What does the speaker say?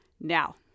Now